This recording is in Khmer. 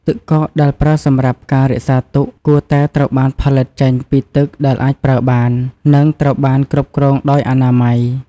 ទឹកកកដែលប្រើសម្រាប់ការរក្សាទុកគួរតែត្រូវបានផលិតចេញពីទឹកដែលអាចប្រើបាន និងត្រូវបានគ្រប់គ្រងដោយអនាម័យ។